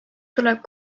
tuleb